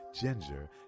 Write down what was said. ginger